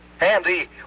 Andy